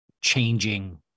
changing